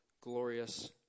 glorious